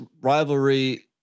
rivalry